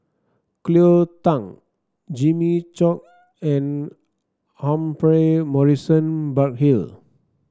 Cleo Thang Jimmy Chok and Humphrey Morrison Burkill